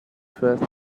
first